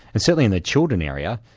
and certainly in the children area,